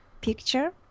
picture